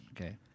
okay